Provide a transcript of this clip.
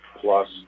plus